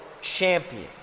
champion